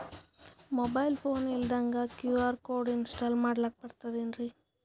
Mobile phone ಇಲ್ದಂಗ QR code install ಮಾಡ್ಲಕ ಬರ್ತದೇನ್ರಿ?